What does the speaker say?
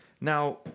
Now